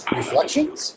Reflections